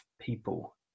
people